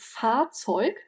fahrzeug